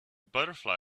butterfly